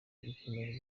ubukene